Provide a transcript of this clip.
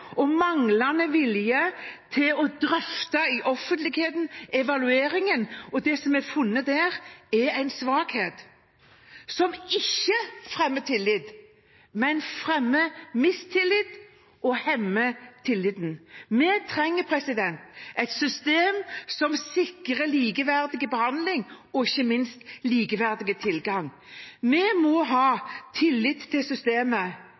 funnet der, er en svakhet som ikke fremmer tillit. Det fremmer mistillit og hemmer tilliten. Vi trenger et system som sikrer likeverdig behandling og ikke minst likeverdig tilgang. Vi må ha tillit til systemet,